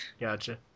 gotcha